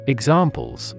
Examples